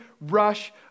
rush